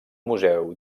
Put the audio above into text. museu